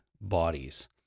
bodies